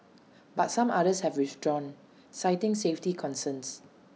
but some others have withdrawn citing safety concerns